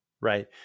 right